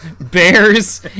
Bears